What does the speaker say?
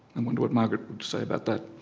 and wonder what margaret would say about that?